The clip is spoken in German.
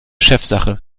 chefsache